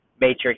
Matrix